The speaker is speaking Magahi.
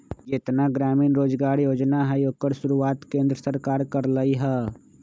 जेतना ग्रामीण रोजगार योजना हई ओकर शुरुआत केंद्र सरकार कर लई ह